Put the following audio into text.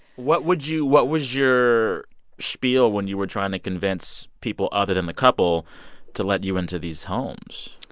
what would you what was your spiel when you were trying to convince people other than the couple to let you into these homes?